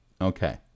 Okay